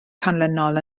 canlynol